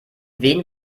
wen